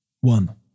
One